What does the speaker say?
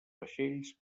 vaixells